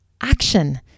action